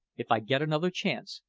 if i get another chance,